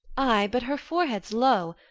ay, but her forehead's low,